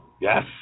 Yes